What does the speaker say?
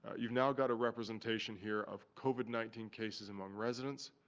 you've now got a representation here of covid nineteen cases among residents,